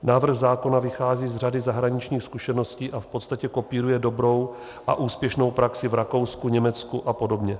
Návrh zákona vychází z řady zahraničních zkušeností a v podstatě kopíruje dobrou a úspěšnou praxi v Rakousku, Německu apod.